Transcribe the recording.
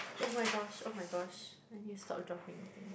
oh my gosh oh my gosh I need to stop dropping things